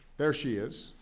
there she is.